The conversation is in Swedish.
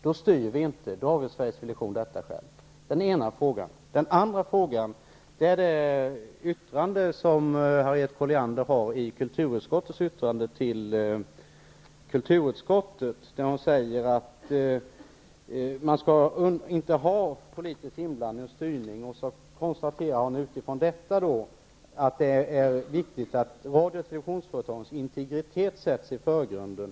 Då styr vi inte utan låter Sveriges Radio avgöra detta själv. Min andra fråga gäller den avvikande mening som Harriet Colliander har fogat till konstitutionsutskottets yttrande till kulturutskottets betänkande. Hon framhåller där att man inte skall ha politisk inblandning och styrning och konstaterar utifrån detta att det är viktigt att radio och televisionsföretagens integritet sätts i förgrunden.